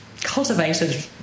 cultivated